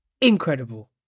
incredible